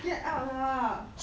get out lah